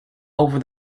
over